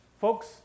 Folks